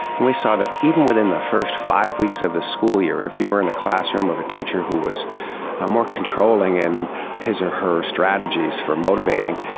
and we saw that even within the first five weeks of the school year, if you were in a classroom of a teacher who was a more controlling in his or her strategies for motivating,